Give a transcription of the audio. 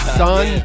son